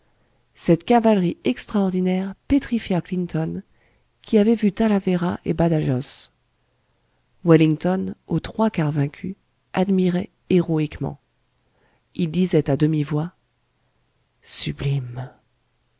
cette cavalerie extraordinaire pétrifia clinton qui avait vu talavera et badajoz wellington aux trois quarts vaincu admirait héroïquement il disait à demi-voix sublime